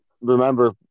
remember